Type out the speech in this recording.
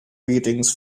readings